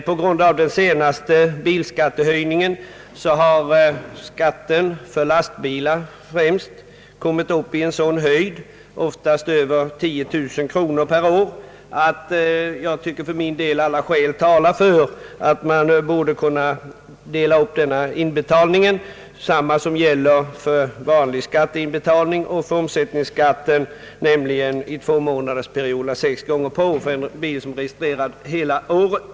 På grund av den senaste bilskattehöjningen har skatten för främst lastbilar kommit upp till en sådan höjd — oftast över 10 000 kronor per år — att jag för min del tycker att alla skäl talar för att inbetalningen borde kunna delas upp enligt samma regler som gäller för den vanliga skatten och omsättningsskatten, nämligen i tvåmånadersperioder, dvs. sex gånger per år, för en bil som är registrerad hela året.